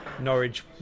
Norwich